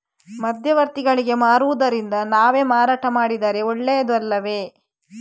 ಮಧ್ಯವರ್ತಿಗಳಿಗೆ ಮಾರುವುದಿಂದ ನಾವೇ ಮಾರಾಟ ಮಾಡಿದರೆ ಒಳ್ಳೆಯದು ಅಲ್ಲವೇ?